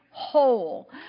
whole